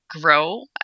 grow